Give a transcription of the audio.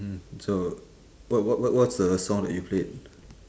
mm so what what what what's the song that you played